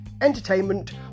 entertainment